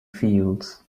fields